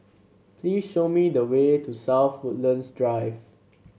please show me the way to South Woodlands Drive